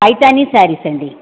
Paithani sarees అండి